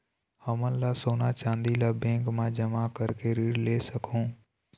हमन का सोना चांदी ला बैंक मा जमा करके ऋण ले सकहूं?